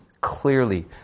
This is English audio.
clearly